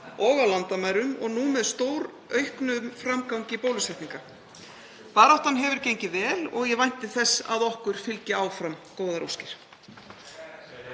og á landamærum og nú með stórauknum framgangi bólusetninga. Baráttan hefur gengið vel og ég vænti þess að okkur fylgi áfram góðar óskir.